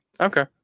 Okay